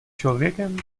člověkem